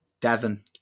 Devon